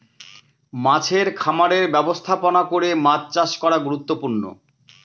মাছের খামারের ব্যবস্থাপনা করে মাছ চাষ করা গুরুত্বপূর্ণ